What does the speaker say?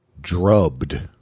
drubbed